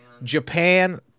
japan